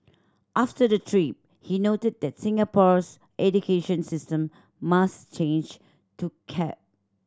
after the trip he noted that Singapore's education system must change to keep